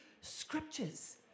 scriptures